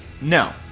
no